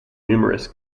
numerous